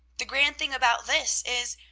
the grand thing about this is,